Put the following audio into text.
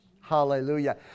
Hallelujah